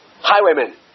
highwaymen